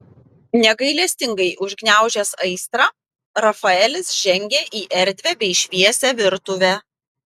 negailestingai užgniaužęs aistrą rafaelis žengė į erdvią bei šviesią virtuvę